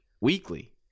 weekly